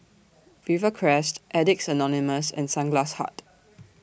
Rivercrest Addicts Anonymous and Sunglass Hut